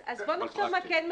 אז בוא נחשוב מה כן מתאים.